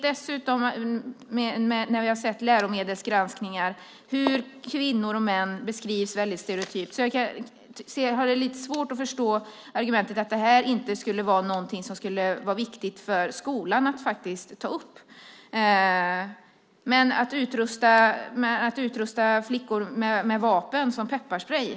Dessutom vet vi från läromedelsgranskningar att kvinnor och män i läromedlen beskrivs på ett mycket stereotypt sätt. Jag har lite svårt att förstå argumentet att detta inte skulle vara viktigt för skolan att ta upp. På vilket sätt löser det någonting att man utrustar flickor med vapen som pepparsprej?